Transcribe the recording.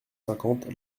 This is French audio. cinquante